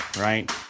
right